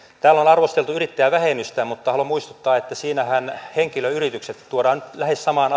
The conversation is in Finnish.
täällä on arvosteltu yrittäjävähennystä mutta haluan muistuttaa että siinähän henkilöyritykset tuodaan lähes samaan